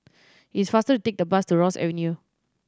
it is faster to take the bus to Ross Avenue